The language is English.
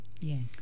Yes